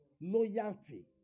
loyalty